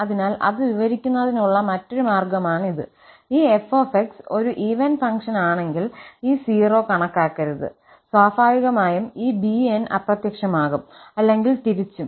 അതിനാൽ അത് വിവരിക്കുന്നതിനുള്ള മറ്റൊരു മാർഗമാണ് ഇത്ഈ 𝑓 𝑥 ഒരു ഈവൻ ഫംഗ്ഷൻ ആണെങ്കിൽ ഈ 0 കണക്കാക്കരുത് സ്വാഭാവികമായും ഈ 𝑏𝑛 അപ്രത്യക്ഷമാകും അല്ലെങ്കിൽ തിരിച്ചും